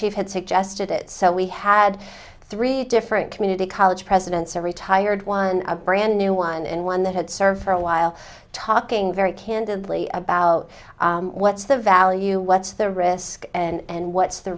chief had suggested it so we had three different community college presidents are retired one a brand new one and one that had served for a while talking very candidly about what's the value what's the risk and what's the